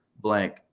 blank